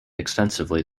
extensively